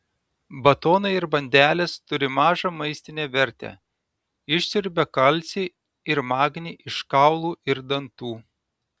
batonai ir bandelės turi mažą maistinę vertę išsiurbia kalcį ir magnį iš kaulų ir dantų